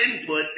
input